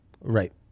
right